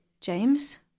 James